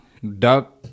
Duck